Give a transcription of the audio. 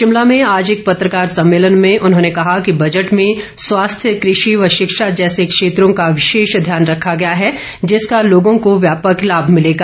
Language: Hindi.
शिमला में आज एक पत्रकार सम्मेलन में उन्होंने कहा कि बजट में स्वास्थ्य कृषि व शिक्षा जैसे क्षेत्रों का विशेष ध्यान रखा गया है जिसका लोगों को व्यापक लाभ भिलेगा